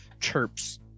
chirps